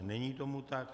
Není tomu tak.